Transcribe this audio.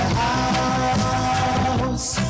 house